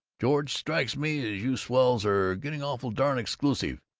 george? strikes me you swells are getting awful darn exclusive!